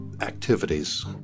activities